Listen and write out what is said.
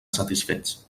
satisfets